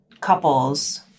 couples